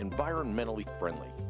environmentally friendly